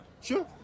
Sure